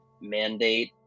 mandate